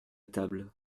table